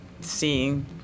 seeing